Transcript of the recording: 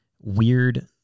weird